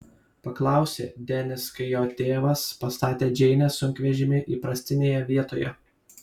paklausė denis kai jo tėvas pastatė džeinės sunkvežimį įprastinėje vietoje